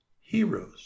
heroes